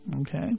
Okay